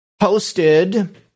posted